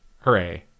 hooray